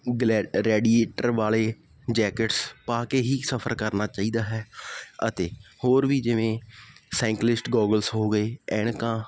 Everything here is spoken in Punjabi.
ਗਲੈਡ ਰੈਡੀਏਟਰ ਵਾਲੇ ਜੈਕਿਟਸ ਪਾ ਕੇ ਹੀ ਸਫਰ ਕਰਨਾ ਚਾਹੀਦਾ ਹੈ ਅਤੇ ਹੋਰ ਵੀ ਜਿਵੇਂ ਸਾਈਕਲਿਸਟ ਗੋਗਲਸ ਹੋ ਗਏ ਐਨਕਾਂ